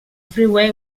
freeway